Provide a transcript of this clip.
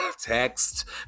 text